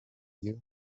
you